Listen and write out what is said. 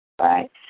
right